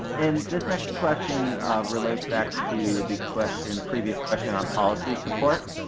and this next question relates back to the question, and previous question on policy support.